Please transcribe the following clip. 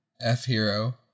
F-Hero